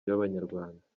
b’abanyarwanda